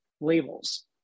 labels